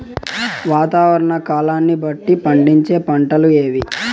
వాతావరణ కాలాన్ని బట్టి పండించే పంటలు ఏవి?